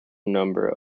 number